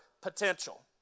potential